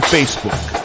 Facebook